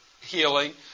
healing